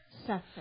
Suffer